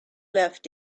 left